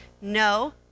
No